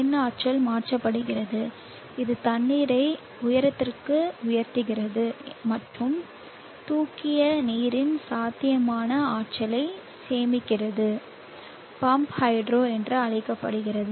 மின் ஆற்றல் மாற்றப்படுகிறது இது தண்ணீரை உயரத்திற்கு உயர்த்துகிறது மற்றும் தூக்கிய நீரின் சாத்தியமான ஆற்றலை சேமிக்கிறது பம்ப் ஹைட்ரோ என்று அழைக்கப்படுகிறது